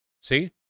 see